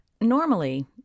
normally